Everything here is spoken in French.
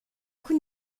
coup